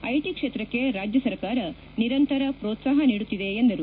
IT ಕ್ಷೇತ್ರಕ್ಕೆ ರಾಜ್ಯ ಸರ್ಕಾರ ನಿರಂತರ ಪ್ರೋತ್ಸಾಹ ನೀಡುತ್ತಿದೆ ಎಂದರು